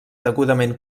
degudament